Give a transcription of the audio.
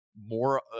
more